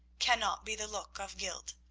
cannot be the look of guilt.